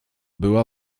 była